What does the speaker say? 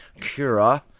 Cura